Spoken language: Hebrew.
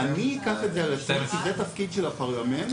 בין לפני פסק הדין באמצעות צו ביניים,